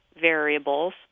variables